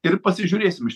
ir pasižiūrėsim iš